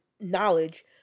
knowledge